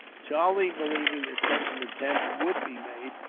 charlie, believing that such an attempt would be made,